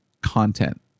content